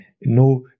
no